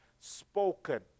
spoken